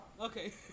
Okay